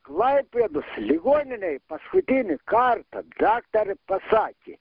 klaipėdos ligoninėj paskutinį kartą daktarė pasakė